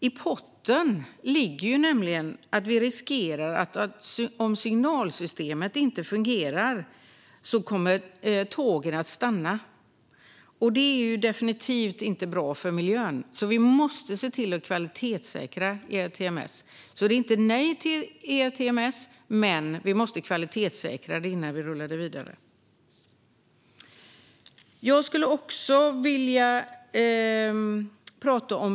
I potten ligger nämligen att om signalsystemet inte fungerar riskerar vi att tågen stannar, och det är definitivt inte bra för miljön. Vi måste därför kvalitetssäkra ERTMS. Vi säger inte nej till ERTMS, men det måste kvalitetssäkras innan det rullar vidare.